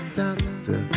doctor